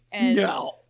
No